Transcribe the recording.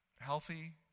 healthy